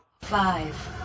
Five